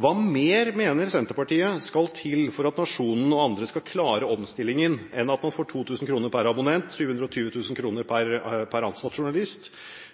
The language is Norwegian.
Hva mer mener Senterpartiet skal til for at Nationen og andre skal klare omstillingen enn at man får 2 000 kr per abonnent og 720 000 kr per ansatt journalist?